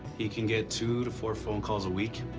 he can get two to four phone calls a week.